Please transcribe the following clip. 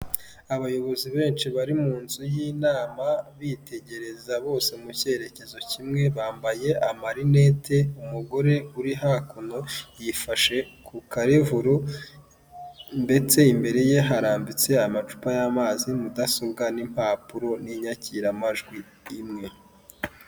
Abayobozi benshi bari mu nzu y'inama, bitegereza bose mu kerekezo kimwe bambaye amarinete, umugore uri hakuno yifashe ku karevuro ndetse imbere ye harambitse amacupa y'amazi mudasobwa n'impapuro n'inyakiramajwi imwe.